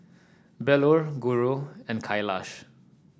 Bellur Guru and Kailash